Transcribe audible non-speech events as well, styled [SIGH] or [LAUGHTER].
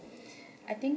[BREATH] I think